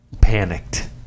panicked